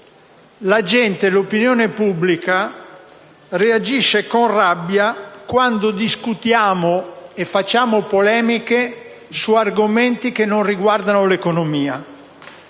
la gente e l'opinione pubblica reagiscono con rabbia quando discutiamo e facciamo polemiche su argomenti che non riguardano l'economia.